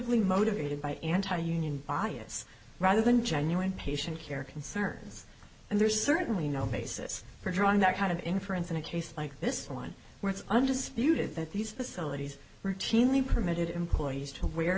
presumptively motivated by anti union bias rather than genuine patient care concerns and there's certainly no basis for drawing that kind of inference in a case like this one where it's undisputed that these facilities routinely permitted employees to wear